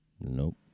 Nope